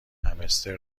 همستر